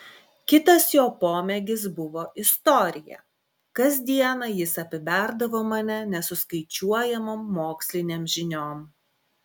kitas jo pomėgis buvo istorija kasdieną jis apiberdavo mane nesuskaičiuojamom mokslinėm žiniom